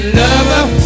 lover